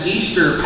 Easter